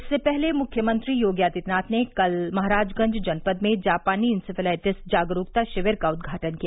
इससे पहले मुख्यमंत्री योगी आदित्यनाथ ने कल महाराजगंज जनपद में जापानी इंसेफ्लाइटिस जागरूकता शिविर का उद्घाटन किया